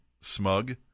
smug